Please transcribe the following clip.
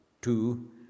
two